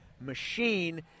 machine